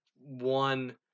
one